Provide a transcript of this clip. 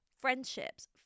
friendships